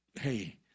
hey